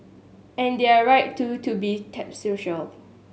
and they're right too to be sceptical